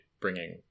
bringing